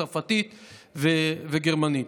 בצרפתית ובגרמנית.